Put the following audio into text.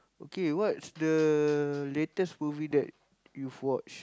okay what's the latest movie that you've watched